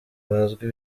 bazwi